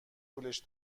طولش